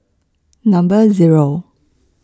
Number Zero